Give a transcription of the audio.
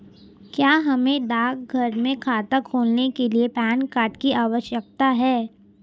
क्या हमें डाकघर में खाता खोलने के लिए पैन कार्ड की आवश्यकता है?